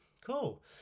cool